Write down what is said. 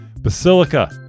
Basilica